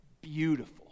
beautiful